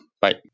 Bye